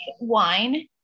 wine